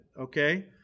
okay